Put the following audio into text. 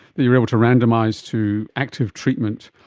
that you're able to randomise to active treatment,